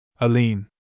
Aline